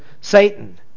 Satan